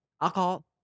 Alcohol